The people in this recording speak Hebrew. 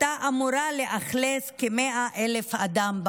הייתה אמורה לאכלס כ-100,000 בני אדם.